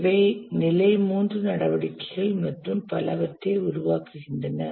இவை நிலை 3 நடவடிக்கைகள் மற்றும் பலவற்றை உருவாக்குகின்றன